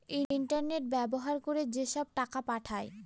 internet ব্যবহার করে যেসব টাকা পাঠায়